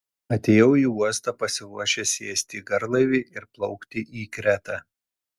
atėjau į uostą pasiruošęs sėsti į garlaivį ir plaukti į kretą